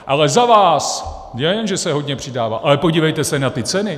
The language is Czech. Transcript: Ale za vás nejen že se hodně přidává, ale podívejte se na ty ceny!